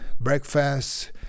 Breakfast